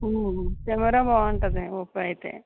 camera బాగుంటుంది Oppo అయితే